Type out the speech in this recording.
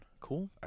cool